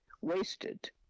wasted